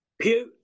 Pew